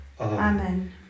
Amen